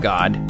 God